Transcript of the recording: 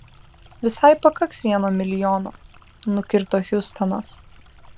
visai pakaks vieno milijono nukirto hiustonas